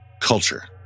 culture